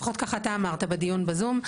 לפחות כך אתה אמרת בדיון בזום,